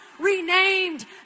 renamed